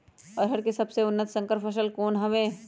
अरहर के सबसे उन्नत संकर फसल कौन हव?